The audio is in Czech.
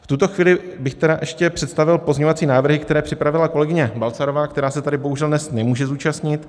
V tuto chvíli bych tedy ještě představil pozměňovací návrhy, které připravila kolegyně Balcarová, která se tady bohužel dnes nemůže zúčastnit.